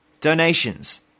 Donations